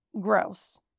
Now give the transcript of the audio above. gross